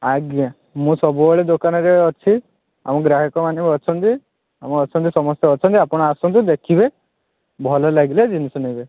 ଆଜ୍ଞା ମୁଁ ସବୁବେଳେ ଦୋକାନରେ ଅଛି ଆମ ଗ୍ରାହକମାନେ ବି ଅଛନ୍ତି ଆମ ସମସ୍ତେ ଅଛନ୍ତି ଆପଣ ଆସନ୍ତୁ ଦେଖିବେ ଭଲ ଲାଗିଲେ ଜିନିଷ ନେବେ